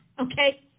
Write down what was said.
okay